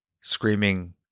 screaming